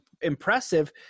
impressive